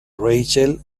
rachel